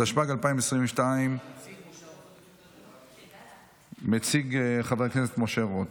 התשפ"ב 2022. מציג חבר כנסת משה רוט,